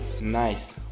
Nice